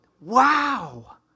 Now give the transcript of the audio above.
Wow